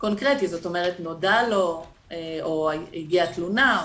קונקרטי, זאת אומרת נודע לו או הגיעה תלונה.